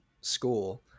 school